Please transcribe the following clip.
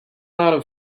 out